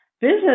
business